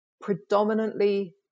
predominantly